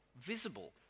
visible